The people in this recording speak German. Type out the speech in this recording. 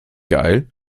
geil